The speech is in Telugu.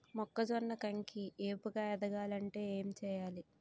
మొక్కజొన్న కంకి ఏపుగ ఎదగాలి అంటే ఏంటి చేయాలి?